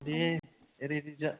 दे ready जा